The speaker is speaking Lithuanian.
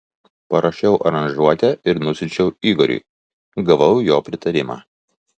parašiau aranžuotę ir nusiunčiau igoriui gavau jo pritarimą